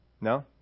no